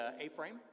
A-frame